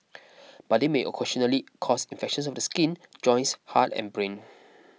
but they may occasionally cause infections of the skin joints heart and brain